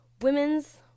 Women's